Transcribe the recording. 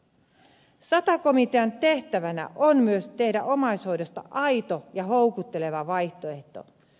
sata komitean tehtävänä on myös tehdä omaishoidosta aito ja houkutteleva vaihtoehto